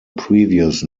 previous